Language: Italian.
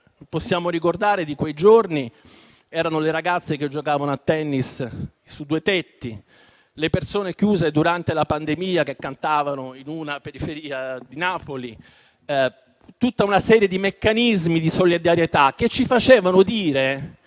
possiamo ricordare di quei giorni erano le ragazze che giocavano a tennis su due tetti, le persone, chiuse in isolamento, che cantavano in una periferia di Napoli, e tutta una serie di meccanismi di solidarietà che ci facevano dire: